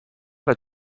had